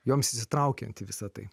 joms įsitraukiant į visa tai